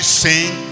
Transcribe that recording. sing